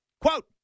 Quote